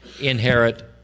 inherit